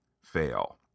fail